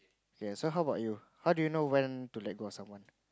ya so how bout you how do you know when to let go of someone